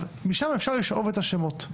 משם אפשר לשאוב את השמות.